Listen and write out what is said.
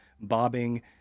bobbing